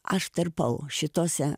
aš tarpau šituose